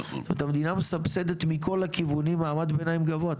זאת אומרת שהמדינה מסבסדת מכל הכיוונים מעמד ביניים גבוה,